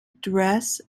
dress